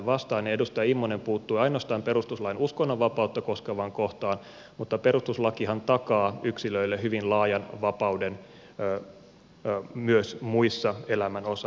edustaja immonen puuttui ainoastaan perustuslain uskonnonvapautta koskevaan kohtaan mutta perustuslakihan takaa yksilöille hyvin laajan vapauden myös muissa elämän osa alueissa